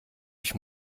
ich